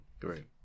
Great